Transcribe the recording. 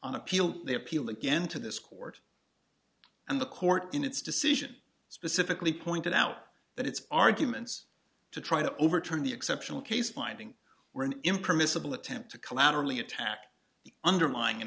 on appeal they appealed again to this court and the court in its decision specifically pointed out that its arguments to try to overturn the exceptional case finding were an impermissible attempt to collaterally attack the underlying